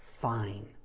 fine